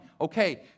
Okay